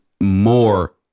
more